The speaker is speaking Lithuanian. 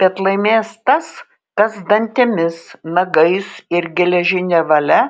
bet laimės tas kas dantimis nagais ir geležine valia